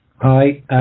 Hi